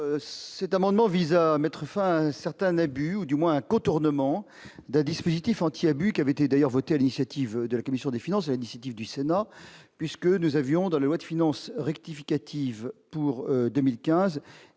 Cet amendement vise à mettre fin à un certain abus ou du moins contournement. D'un dispositif anti-abus qui avait été d'ailleurs votée à l'initiative de la commission des finances, initiative du Sénat puisque nous avions dans la loi de finances rectificative pour 2015